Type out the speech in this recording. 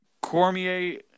Cormier